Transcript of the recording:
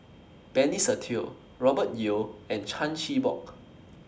Benny Se Teo Robert Yeo and Chan Chin Bock